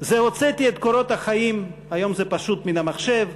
הוצאתי את קורות החיים, היום זה פשוט, מן המחשב,